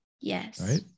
Yes